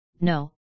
no